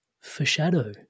foreshadow